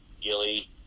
Gilly